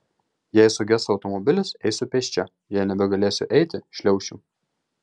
jei suges automobilis eisiu pėsčia jei nebegalėsiu eiti šliaušiu